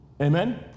Amen